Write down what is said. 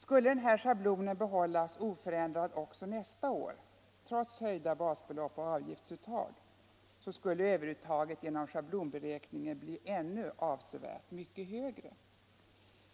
Skulle schablonerna behållas oförändrade också nästa år — trots höjda basbelopp och avgiftsuttag — skulle övertaget genom schablonberäkningen bli ännu avsevärt mycket högre.